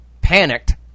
panicked